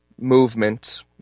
movement